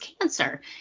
cancer